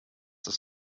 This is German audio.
das